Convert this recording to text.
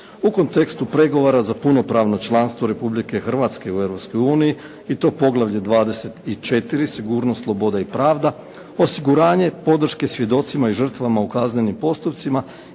U kontekstu pregovora za punopravno članstvo Republike Hrvatske u Europskoj uniji i to poglavlje 24 – Sigurnost, sloboda i pravda, osiguranje podrške svjedocima i žrtvama u kaznenim postupcima